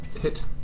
Hit